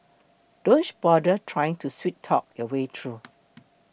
don't bother trying to sweet talk your way through